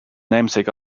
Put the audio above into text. namesake